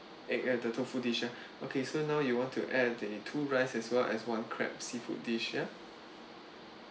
egg and the tofu dishes okay so now you want to add the two rice as well as one crab seafood dish yeah